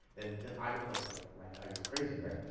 then then i would look like like i was crazy, right.